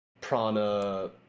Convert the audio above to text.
prana